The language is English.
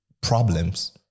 problems